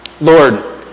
Lord